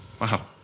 wow